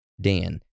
Dan